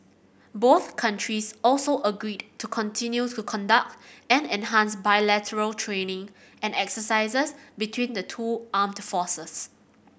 both countries also agreed to continue to conduct and enhance bilateral training and exercises between the two armed forces